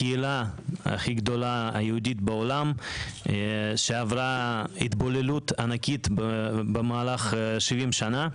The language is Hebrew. הקהילה היהודית הכי גדולה בעולם שעברה התבוללות ענקית במהלך 70 שנה.